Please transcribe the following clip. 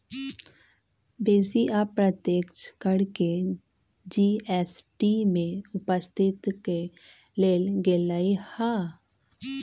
बेशी अप्रत्यक्ष कर के जी.एस.टी में उपस्थित क लेल गेलइ ह्